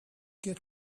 get